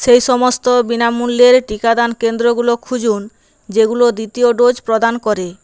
সেই সমস্ত বিনামূল্যের টিকাদান কেন্দ্রগুলো খুঁজুন যেগুলো দ্বিতীয় ডোজ প্রদান করে